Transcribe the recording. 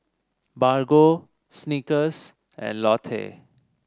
Bargo Snickers and Lotte